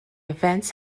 events